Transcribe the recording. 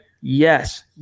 Yes